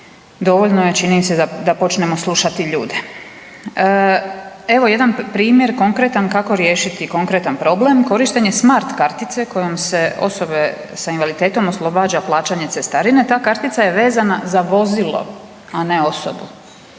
Dovoljno je, čini mi se, da počnemo slušati ljude. Evo jedan primjer konkretan kako riješit konkretan problem, korištenje smart kartice kojom se osobe s invaliditetom oslobađa plaćanja cestarine, ta kartica je vezana za vozilo, a ne osobu.